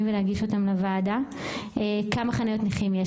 ולהגיש אותם לוועדה: כמה חניות נכים יש,